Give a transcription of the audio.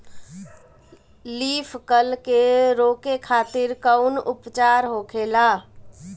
Leaf curl के रोके खातिर कउन उपचार होखेला?